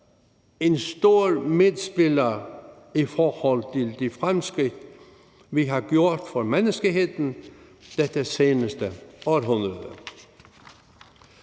en stor medspiller i forhold til de fremskridt, vi har gjort for menneskeheden dette seneste århundrede.